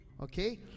Okay